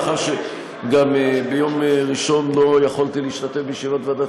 מאחר שביום ראשון לא יכולתי להשתתף בוועדת